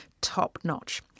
Top-notch